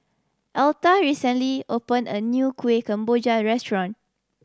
Elta recently opened a new Kuih Kemboja restaurant